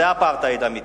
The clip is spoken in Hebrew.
זה אפרטהייד אמיתי.